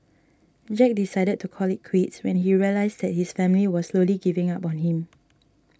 jack decided to call it quits when he realised that his family was slowly giving up on him